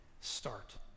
start